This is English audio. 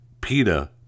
PETA